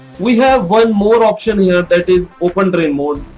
we have one more option here that is open drain mode.